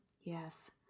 yes